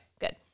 good